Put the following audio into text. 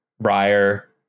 Briar